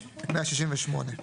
156, 158,